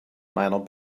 meiner